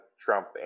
Trump